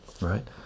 right